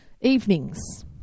evenings